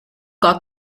got